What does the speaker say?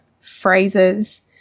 phrases